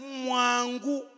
mwangu